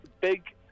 Big